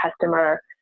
customer